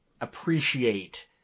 appreciate